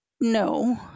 no